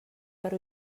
per